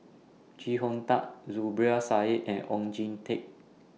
Chee Hong Tat Zubir Said and Oon Jin Teik